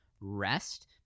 rest